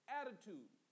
attitude